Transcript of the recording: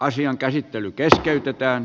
asian käsittely keskeytetään